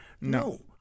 No